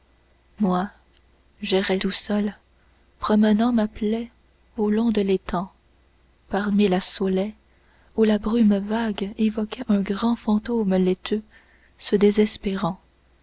moi j'errais tout seul promenant ma plaie au long de l'étang parmi la saulaie où la brume vague évoquait un grand fantôme laiteux se désespérant